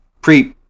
pre